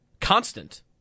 constant